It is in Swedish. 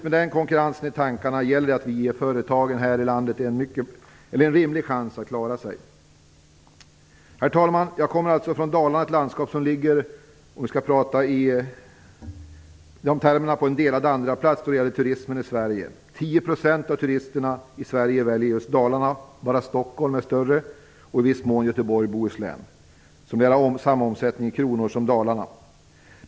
Med den konkurrensen i tankarna gäller det att vi ger företagen här i landet en rimlig chans att klara sig. Herr talman! Jag kommer alltså från Dalarna. Det är ett landskap som, om vi skall tala i de termerna, ligger på en delad andraplats då det gäller turismen i Sverige. 10 % av turisterna i Sverige väljer just Dalarna. Bara Stockholm är större, och i viss mån Göteborgs och Bohus län, som lär ha samma omsättning i kronor som Dalarna.